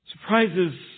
Surprises